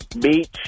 Beach